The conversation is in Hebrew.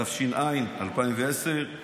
התש"ע 2010,